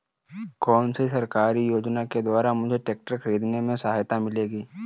कौनसी सरकारी योजना के द्वारा मुझे ट्रैक्टर खरीदने में सहायता मिलेगी?